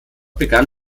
begann